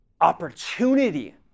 opportunity